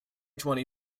twenty